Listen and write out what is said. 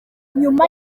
nyuma